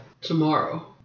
Tomorrow